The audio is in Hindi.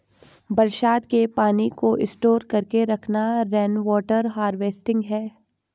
बरसात के पानी को स्टोर करके रखना रेनवॉटर हारवेस्टिंग है